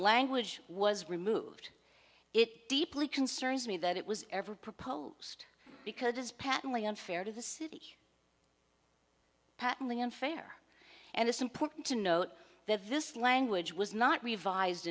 language was removed it deeply concerns me that it was ever proposed because it is patently unfair to the city patently unfair and it's important to note that this language was not revised